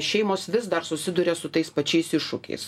šeimos vis dar susiduria su tais pačiais iššūkiais